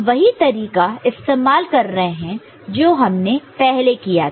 हम वही तरीका इस्तेमाल कर रहे हैं जो हमने पहले किया था